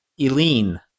Eileen